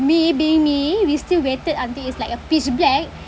me being me we still waited until it's like a pitch black